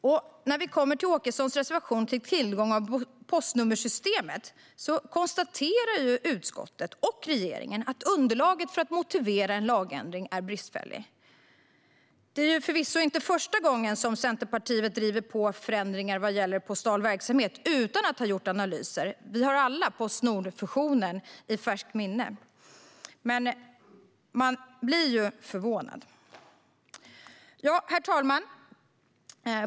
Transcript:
När vi sedan kommer till Åkessons reservation kring tillgång till postnummersystemet konstaterar utskottet och regeringen att underlaget för att motivera en lagändring är bristfälligt. Det är förvisso inte första gången som Centerpartiet driver på förändringar vad gäller postal verksamhet utan att ha gjort analyser. Vi har ju alla Postnordfusionen i färskt minne. Men man blir förvånad. Fru talman!